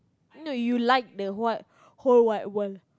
no you like the what whole wide world